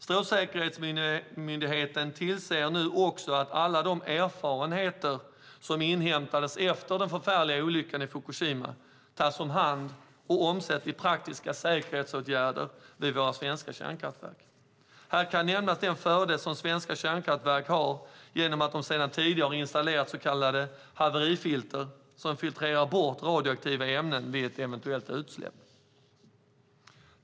Strålsäkerhetsmyndigheten ser nu också till att alla de erfarenheter som inhämtades efter den förfärliga olyckan i Fukushima tas om hand och omsätts i praktiska säkerhetsåtgärder vid våra svenska kärnkraftverk. Här kan nämnas den fördel som svenska kärnkraftverk har genom att de sedan tidigare har installerat så kallade haverifilter som filtrerar bort radioaktiva ämnen vid ett eventuellt utsläpp.